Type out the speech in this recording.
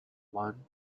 one